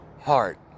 heart